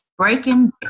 breaking